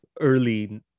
early